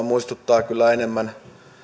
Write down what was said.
muistuttaa kyllä enemmän